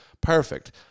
perfect